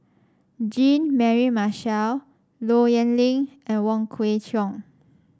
Jean Mary Marshall Low Yen Ling and Wong Kwei Cheong